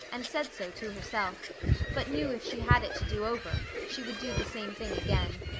and said so, to herself but knew if she had it to do over, she would do the same thing again.